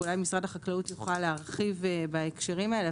ואולי משרד החקלאות יוכל להרחיב בהקשרים האלה,